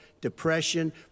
depression